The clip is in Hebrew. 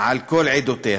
על כל עדותיה.